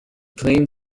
claims